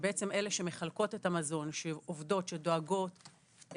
שבעצם אלה שמחלקות את המזון, שעובדות, שדואגות.